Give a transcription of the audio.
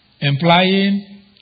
implying